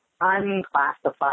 unclassified